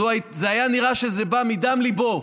זה היה נראה שזה בא מדם ליבו.